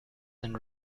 and